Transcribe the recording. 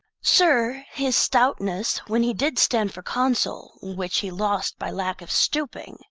sir, his stoutness when he did stand for consul, which he lost by lack of stooping